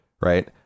Right